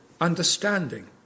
understanding